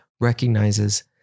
recognizes